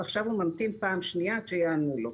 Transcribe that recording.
ועכשיו הוא ממתין פעם שנייה עד שיענו לו.